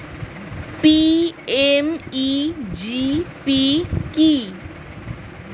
PMEGP কি?